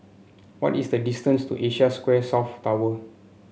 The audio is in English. what is the distance to Asia Square South Tower